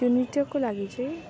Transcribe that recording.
यो नृत्यको लागि चाहिँ